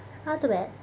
how to wear